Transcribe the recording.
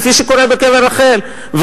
כפי שקורה בקבר רחל,